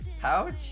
pouch